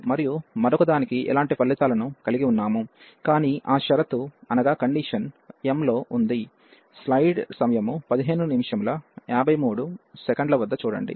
మనము మరొకదానికి ఇలాంటి ఫలితాలను కలిగి ఉన్నాము కాని ఆ షరతు m లో ఉంది